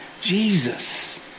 Jesus